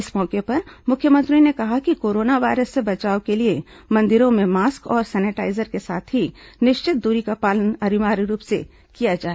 इस मौके पर मुख्यमंत्री ने कहा कि कोरोना वायरस से बचाव के लिए मंदिरों में मास्क और सैनिटाईजर के साथ ही निश्चित दूरी का पालन अनिवार्य रूप से किया जाए